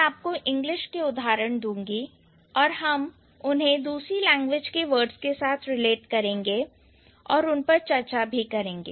मैं आपको इंग्लिश के उदाहरण दूंगी और हम उन्हें दूसरी लैंग्वेज के वर्ड्स के साथ रिलेट करेंगे और उन पर चर्चा करेंगे